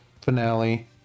finale